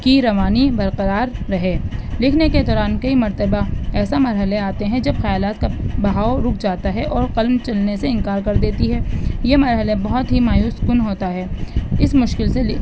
کی روانی برقرار رہے لکھنے کے دوران کئی مرتبہ ایسا مرحلے آتے ہیں جب خیالات کا بہاؤ رک جاتا ہے اور قلم چلنے سے انکار کر دیتی ہے یہ مرحلے بہت ہی مایوس کن ہوتا ہے اس مشکل سے